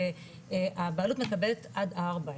הבעלות מקבלת עד ארבע,